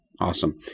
Awesome